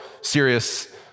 serious